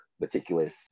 meticulous